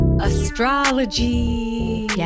Astrology